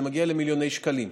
זה מגיע למיליוני שקלים.